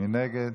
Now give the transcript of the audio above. מי נגד?